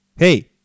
Hey